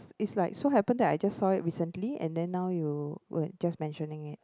is like so happen that I just saw it recently and then now you were just mentioning it